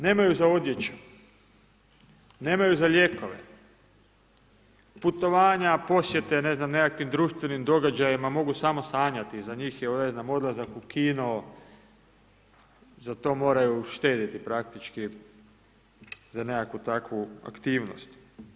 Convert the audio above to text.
Nemaju za odjeću, nemaju za lijekove, putovanja, posjete ne znam nekakvih društvenim događajima, mogu samo sanjati, za njih je odlazak u kino, za to moraju štedjeti praktički, za nekakvu takvu aktivnost.